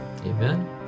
Amen